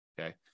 Okay